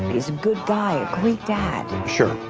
he's a good guy, great dad. sure,